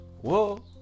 Whoa